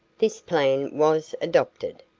this plan was adopted.